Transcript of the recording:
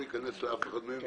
לא אכנס לפרטים של אף אחת מהן.